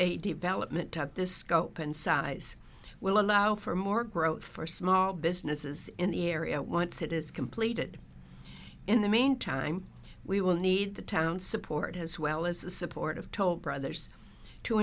a development top this scope and size will allow for more growth for small businesses in the area once it is completed in the meantime we will need the town support as well as the support of toll brothers to